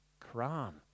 Quran